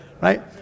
right